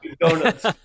Donuts